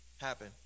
happen